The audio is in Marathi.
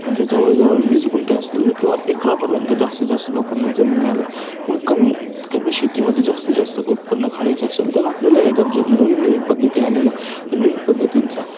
म्हणजे जवळ जवळ वीस गुंठे असतील किंवा एकरापर्यंत जास्तीत जास्त लोकांना जमिनी आल्या आहेत मग कमी कमी शेतीमध्ये जास्तीत जास्त उत्पन्न काढायचं असेल तर आपल्याला या ज्या जे नवीन नवीन पद्धती आलेल्या आहेत त्या नवीन पद्धतींचा